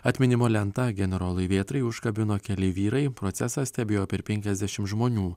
atminimo lentą generolui vėtrai užkabino keli vyrai procesą stebėjo per penkiasdešimt žmonių